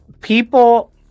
people